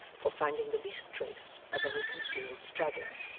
or finding the least trace of any concealed straggler.